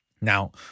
Now